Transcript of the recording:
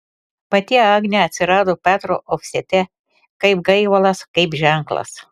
pati agnė atsirado petro ofsete kaip gaivalas kaip ženklas